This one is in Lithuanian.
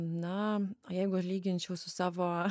na jeigu lyginčiau su savo